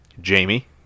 Jamie